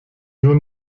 nur